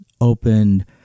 opened